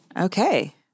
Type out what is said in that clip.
okay